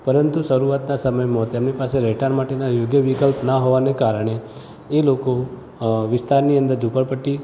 પરંતુ શરૂઆતના સમયમાં એમની પાસે યોગ્ય વિકલ્પ ન હોવાને કારણે એ લોકો વિસ્તારની અંદર ઝૂંપડપટ્ટી